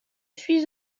suis